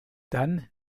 dann